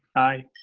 aye.